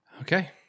Okay